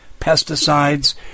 pesticides